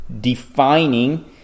defining